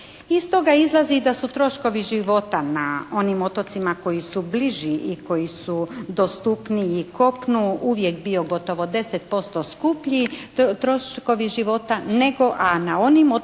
Iz toga izlazi da su troškovi života na otocima koji su bliži i koji su dostupniji kopnu uvijek bio gotovo 10% skuplji troškovi života nego, a na onim otocima